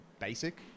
basic